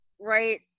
right